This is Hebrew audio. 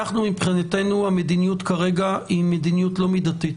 מבחינתנו המדיניות כרגע היא לא מידתית.